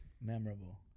memorable